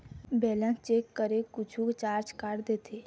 Balance check करें कुछू charge काट देथे?